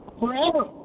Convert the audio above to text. forever